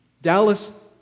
Dallas